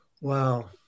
Wow